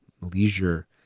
leisure